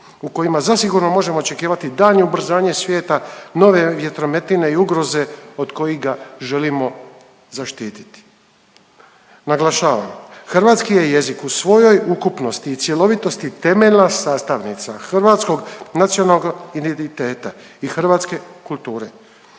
u kojima zasigurno možemo očekivati daljnje ubrzanje svijeta, nove vjetrometine i ugroze od kojih ga želimo zaštititi. Naglašavam, hrvatski je jezik u svojoj ukupnosti i cjelovitosti temeljna sastavnica hrvatskog nacionalnog identiteta i hrvatske kulture.